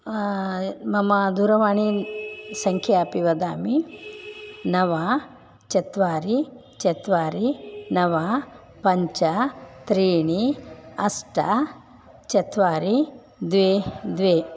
मम दूरवाणीं सङ्ख्या अपि वदामि नव चत्वारि चत्वारि नव पञ्च त्रीणि अष्ट चत्वारि द्वे द्वे